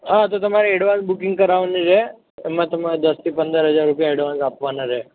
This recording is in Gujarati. હા તો તમારે એડવાન્સ બુકિંગ કરાવવાનું છે એમાં તમારે દસથી પંદર હજાર રૂપિયા એડવાન્સ આપવાના રહે